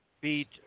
beat